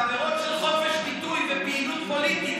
בעבירות של חופש ביטוי ופעילות פוליטית